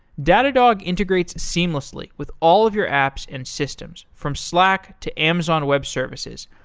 datadog integrates seamlessly with all of your apps and systems from slack, to amazon web services,